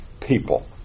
people